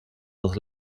was